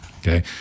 Okay